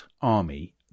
army